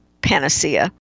panacea